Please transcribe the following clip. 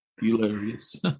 Hilarious